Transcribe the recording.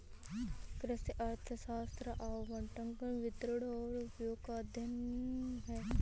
कृषि अर्थशास्त्र आवंटन, वितरण और उपयोग का अध्ययन है